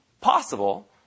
possible